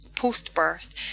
post-birth